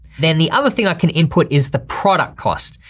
then the other thing i can input is the product cost.